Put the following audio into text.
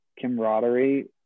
camaraderie